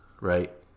right